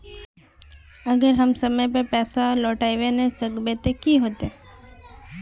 अगर हम समय पर पैसा लौटावे ना सकबे ते की होते?